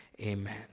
amen